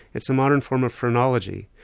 it's a modern form of phrenology.